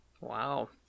Wow